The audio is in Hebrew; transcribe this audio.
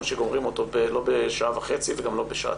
שגומרים אותו בשעה וחצי או בשעתיים.